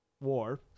war